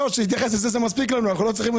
האגרה של הסיעוד הביתי היא אגרה זהה לכל הענפים האחרים,